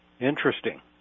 Interesting